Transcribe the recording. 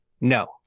no